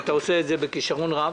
אתה עושה את זה בכישרון רב.